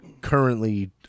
currently